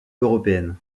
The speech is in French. européenne